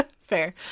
Fair